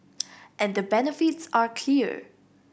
and the benefits are clear